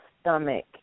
stomach